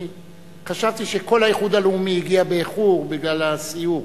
חשבתי שכל האיחוד הלאומי הגיע באיחור בגלל הסיור.